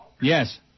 Yes